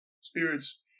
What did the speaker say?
Spirits